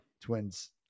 Twins